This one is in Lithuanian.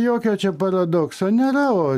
jokio čia paradokso nėra o